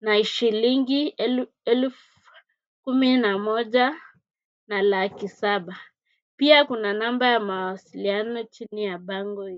na shilingi elfu kumi na moja na laki saba .Pia kuna namba ya mawasiliano chini ya bango.